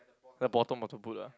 the bottom motor boot ah